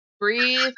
breathe